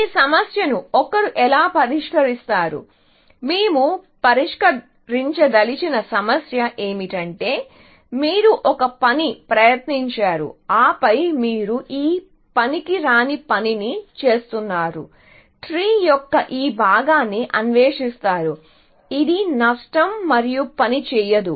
ఈ సమస్యను ఒకరు ఎలా పరిష్కరిస్తారు మేము పరిష్కరించదలచిన సమస్య ఏమిటంటే మీరు ఒక పని ప్రయత్నించారు ఆపై మీరు ఈ పనికిరాని పనిని చేస్తున్నారు ట్రీ యొక్క ఈ భాగాన్ని అన్వేషిస్తారు ఇది నష్టం మరియు పని చేయదు